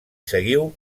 seguiu